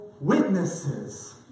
witnesses